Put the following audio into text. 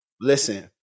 listen